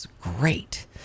great